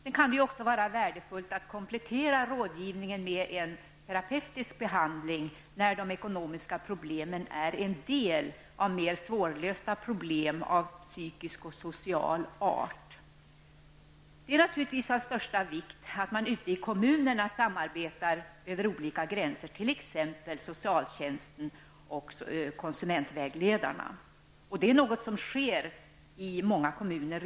Det kan också vara värdefullt att komplettera rådgivningen med en terapeutisk behandling när de ekonomiska problemen är en del av mer svårlösta problem av psykiskt och social art. Det är naturligtvis av största vikt att man ute i kommunerna samarbetar över olika gränser, t.ex. socialtjänst och konsumentvägledare, vilket redan sker i många kommuner.